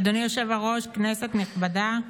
אדוני היושב-ראש, כנסת נכבדה,